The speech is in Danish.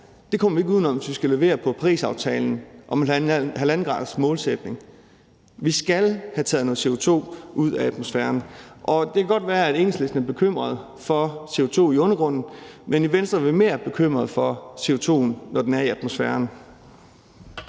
her kommer vi ikke udenom, hvis vi skal levere på Parisaftalen og den 1,5-gradersmålsætning. Vi skal have taget noget CO2 ud af atmosfæren, og det kan godt være, at Enhedslisten er bekymret for CO2 i undergrunden, men i Venstre er vi mere bekymret for CO2'en, når den er i atmosfæren.